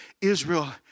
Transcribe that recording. Israel